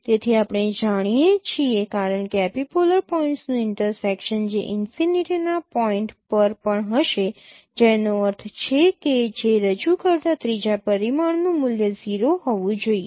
તેથી આપણે જાણીએ છીએ કારણ કે એપિપોલર પોઇન્ટ્સનું ઇન્ટરસેકશન જે ઈનફિનિટીના પોઈન્ટ પર પણ હશે જેનો અર્થ છે કે જે રજૂ કરતા ત્રીજા પરિમાણનું મૂલ્ય 0 હોવું જોઈએ